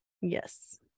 Yes